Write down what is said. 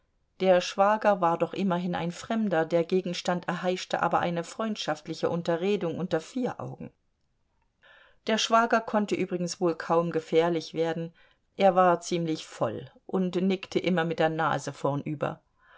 der schwager war doch immerhin ein fremder der gegenstand erheischte aber eine freundschaftliche unterredung unter vier augen der schwager konnte übrigens wohl kaum gefährlich werden er war ziemlich voll und nickte immer mit der nase vornüber